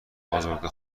ازرده